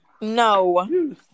No